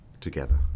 together